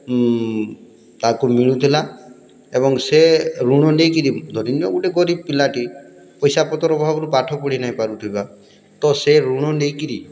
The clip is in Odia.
ତାକୁ ମିଳୁଥିଲା ଏବଂ ସେ ଋଣ ନେଇକିରି ଧରିନିଅ ଗୁଟେ ଗରିବ୍ ପିଲାଟେ ପଏସା ପତର୍ ଅଭାବ୍ରୁ ପାଠ ପଢି ନାଇଁ ପାରୁଥିବା ତ ସେ ଋଣ ନେଇକିରି